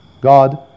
God